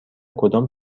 کدام